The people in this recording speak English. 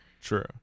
True